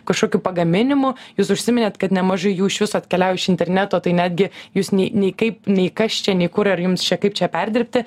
kažkokiu pagaminimu jūs užsiminėt kad nemažai jų iš viso atkeliauja iš interneto tai netgi jūs nei nei kaip nei kas čia nei kur ar jums čia kaip čia perdirbti